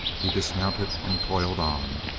he dismounted and toiled on,